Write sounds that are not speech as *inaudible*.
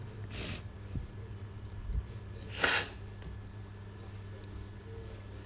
*noise* *noise*